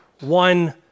one